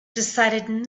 decided